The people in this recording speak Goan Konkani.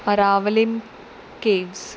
अरावलीम केव्स